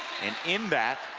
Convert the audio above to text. and in that,